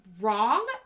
wrong